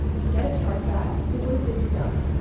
i'd get a chargeback. it would have been done.